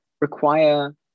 require